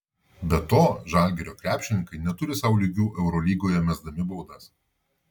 be to žalgirio krepšininkai neturi sau lygių eurolygoje mesdami baudas